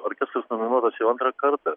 orkestras nominuotas jau antrą kartą